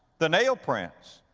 the nail prints,